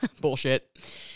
bullshit